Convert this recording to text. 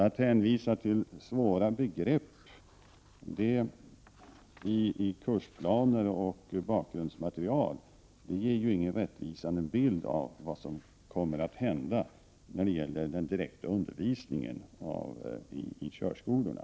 Att hänvisa till svåra begrepp i kursplaner och bakgrundsmaterial ger ingen rättvisande bild av den direkta undervisningen i körskolorna.